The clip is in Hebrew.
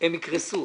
הם יקרסו.